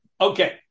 okay